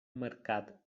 marcat